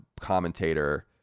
commentator